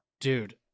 dude